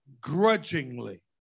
grudgingly